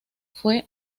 fue